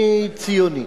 אני ציוני.